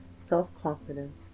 self-confidence